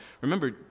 Remember